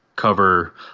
cover